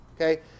Okay